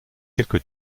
quelque